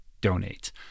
donate